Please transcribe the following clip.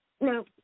No